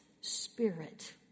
spirit